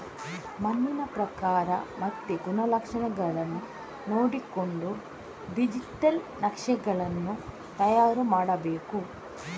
ಮಣ್ಣಿನ ಪ್ರಕಾರ ಮತ್ತೆ ಗುಣಲಕ್ಷಣಗಳನ್ನ ನೋಡಿಕೊಂಡು ಡಿಜಿಟಲ್ ನಕ್ಷೆಗಳನ್ನು ತಯಾರು ಮಾಡ್ಬೇಕು